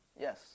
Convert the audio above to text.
Yes